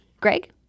Greg